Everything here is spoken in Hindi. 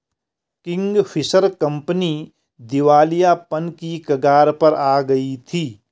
किंगफिशर कंपनी दिवालियापन की कगार पर आ गई थी